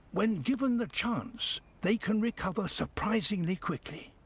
when given the chance, they can recover surprisingly quickly.